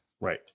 Right